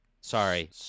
Sorry